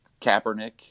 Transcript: Kaepernick